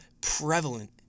prevalent